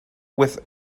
with